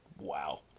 Wow